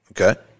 okay